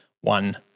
one